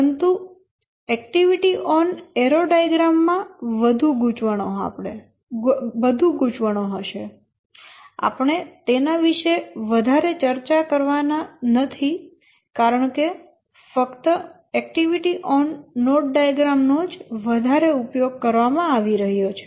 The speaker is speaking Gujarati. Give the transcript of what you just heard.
પરંતુ એક્ટિવિટી ઓન એરો ડાયાગ્રામ માં વધુ ગૂંચવણો હશે આપણે તેના વિષે વધારે ચર્ચા નથી કરવાનાં કારણકે ફક્ત એક્ટિવિટી ઓન નોડ ડાયાગ્રામ નો જ વધારે ઉપયોગ કરવામાં આવી રહ્યો છે